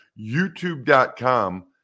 YouTube.com